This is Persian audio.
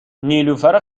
نیلوفر